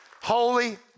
Holy